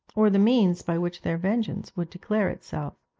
or the means by which their vengeance would declare itself.